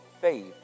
faith